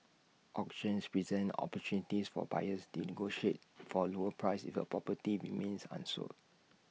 auctions present opportunities for buyers negotiate for A lower price if the property remains unsold